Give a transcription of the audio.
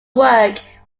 work